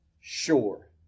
sure